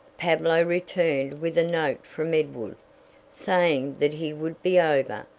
pablo returned with a note from edward, saying that he would be over,